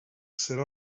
serà